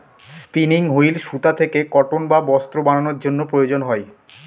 spinning wheel সুতা থেকে cotton বা বস্ত্র বানানোর জন্য প্রয়োজন হয়